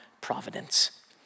providence